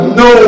no